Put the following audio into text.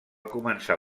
començar